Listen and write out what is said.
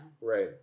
Right